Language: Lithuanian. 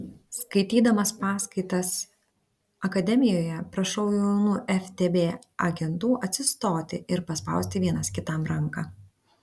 skaitydamas paskaitas akademijoje prašau jaunų ftb agentų atsistoti ir paspausti vienas kitam ranką